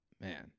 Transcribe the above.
man